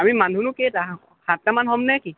আমি মানুহনো কেইটা সাতটামান হ'ম নে কি